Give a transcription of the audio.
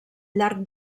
llarg